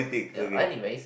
ya anyways